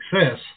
success